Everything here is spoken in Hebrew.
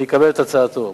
אני אקבל את הצעתו.